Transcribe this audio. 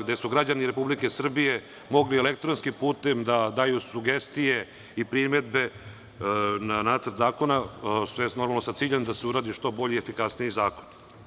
gde su građani Republike Srbije mogli elektronskim putem da daju sugestije i primedbe na Nacrt zakona, tj. normalno sa ciljem da se uradi što bolji i efikasniji zakon.